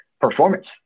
performance